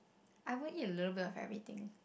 I would eat a little bit of everything